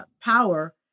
power